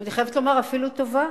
ואני חייבת לומר, אפילו טובה.